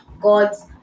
God's